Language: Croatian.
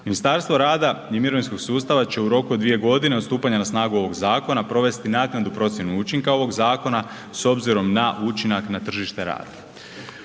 Ministarstvo rada i mirovinskog sustava će u roku od 2.g. od stupanja na snagu ovog zakona provesti naknadnu procjenu učinka ovog zakona s obzirom na učinak na tržište rada.